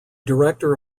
director